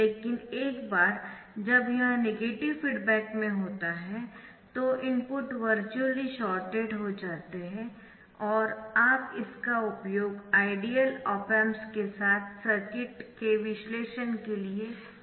लेकिन एक बार जब यह नेगेटिव फीडबैक में होता है तो इनपुट विर्चुअली शॉर्टेड हो जाते है और आप इसका उपयोग आइडियल ऑप एम्प्स के साथ सर्किट के विश्लेषण के लिए कर सकते है